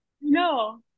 no